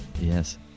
yes